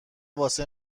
واسه